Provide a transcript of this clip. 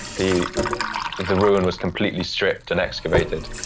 the the ruin was completely stripped and excavated,